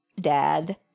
dad